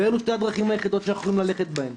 ואלו שתי הדרכים היחידות שאנחנו יכולים ללכת בהן.